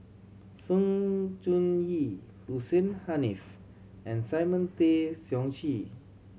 Sng Choon Yee Hussein Haniff and Simon Tay Seong Chee